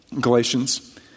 Galatians